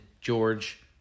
George